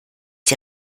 die